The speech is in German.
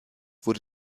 wurde